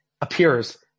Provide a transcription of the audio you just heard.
appears